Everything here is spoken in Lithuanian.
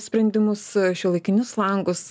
sprendimus šiuolaikinius langus